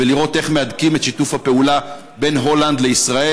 ולראות איך מהדקים את שיתוף הפעולה בין הולנד לישראל,